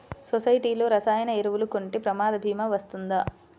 సొసైటీలో రసాయన ఎరువులు కొంటే ప్రమాద భీమా వస్తుందా?